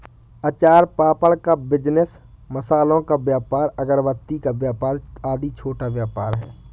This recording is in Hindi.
अचार पापड़ का बिजनेस, मसालों का व्यापार, अगरबत्ती का व्यापार आदि छोटा व्यापार है